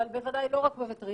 אבל בוודאי לא רק בווטרינריה.